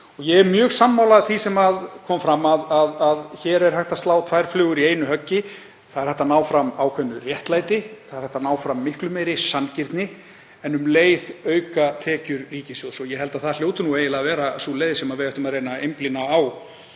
Ég er mjög sammála því sem kom fram að hér er hægt að slá tvær flugur í einu höggi. Það er hægt að ná fram ákveðnu réttlæti, hægt að ná fram miklu meiri sanngirni, en um leið auka tekjur ríkissjóðs. Ég held að það hljóti eiginlega að vera sú leið sem við ættum að reyna að einblína á